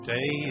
Day